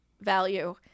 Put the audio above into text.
value